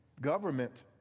government